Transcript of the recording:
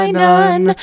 none